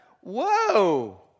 Whoa